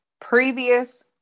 previous